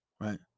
right